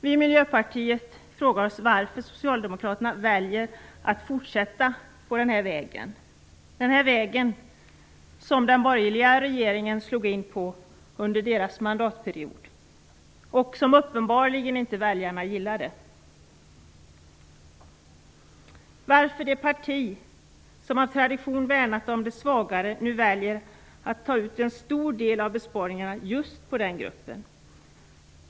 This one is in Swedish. Vi i Miljöpartiet frågar oss varför socialdemokraterna väljer att fortsätta på den här vägen, den väg som den borgerliga regeringen slog in på under sin mandatperiod och som väljarna uppenbarligen inte gillade, varför det parti som av tradition värnat om de svagare nu väljer att ta ut en stor del av besparingarna just på den gruppen.